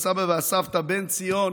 הסבא והסבתא בן ציון